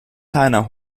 kleiner